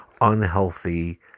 unhealthy